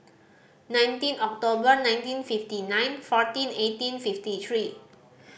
nineteen October nineteen fifty nine fourteen eighteen fifty three